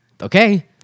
okay